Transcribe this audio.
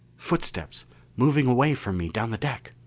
footsteps moving away from me down the deck!